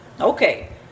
Okay